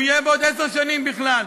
הוא יהיה בעוד עשר שנים בכלל.